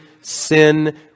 sin